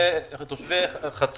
צריך שתהיה האפשרות להעביר את החוק המקורי.